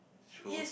true